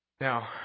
Now